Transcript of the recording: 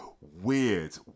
weird